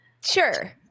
Sure